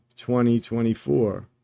2024